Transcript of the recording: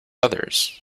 others